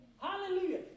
Hallelujah